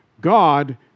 God